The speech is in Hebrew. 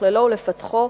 לשכללו ולפתחו,